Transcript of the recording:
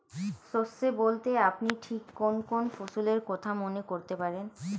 শস্য বলতে আপনি ঠিক কোন কোন ফসলের কথা মনে করতে পারেন?